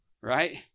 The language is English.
right